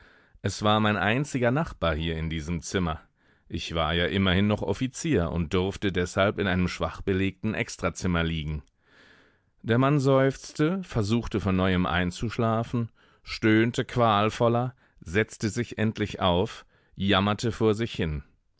es war mein einziger nachbar hier in diesem zimmer ich war ja immerhin noch offizier und durfte deshalb in einem schwachbelegten extrazimmer liegen der mann seufzte versuchte von neuem einzuschlafen stöhnte qualvoller setzte sich endlich auf jammerte vor sich hin